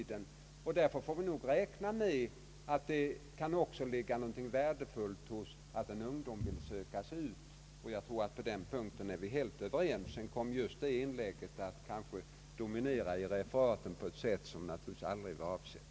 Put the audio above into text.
Det kan också ligga något värdefullt i att en ung människa vill söka sig ut. Vi är nog helt överens på den punkten. En annan sak är att just detta yttrande av mig kom att dominera i referaten från partikongressen på ett sätt som aldrig var avsett.